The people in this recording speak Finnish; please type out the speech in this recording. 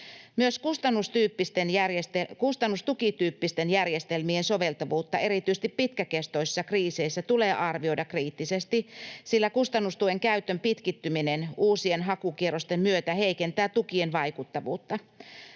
Myös kustannustukityyppisten järjestelmien soveltuvuutta erityisesti pitkäkestoisissa kriiseissä tulee arvioida kriittisesti, sillä kustannustuen käytön pitkittyminen uusien hakukierrosten myötä heikentää tukien vaikuttavuutta.